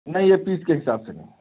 नहीं ये पीस के हिसाब से नहीं